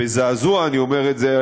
בזעזוע אני אומר את זה,